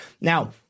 Now